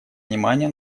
внимание